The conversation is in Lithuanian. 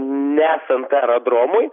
nesant aerodromui